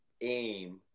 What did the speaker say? aim